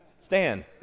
stand